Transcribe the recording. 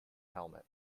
helmet